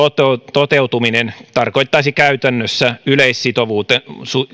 toteutuminen tarkoittaisi käytännössä yleissitovuuden